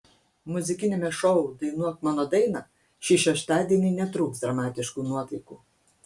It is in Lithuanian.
muzikiniame šou dainuok mano dainą šį šeštadienį netrūks dramatiškų nuotaikų